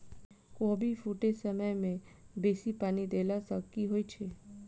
कोबी फूटै समय मे बेसी पानि देला सऽ की होइ छै?